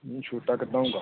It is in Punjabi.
ਨਹੀਂ ਛੋਟਾ ਕਿੱਦਾ ਹੋਉਂਗਾ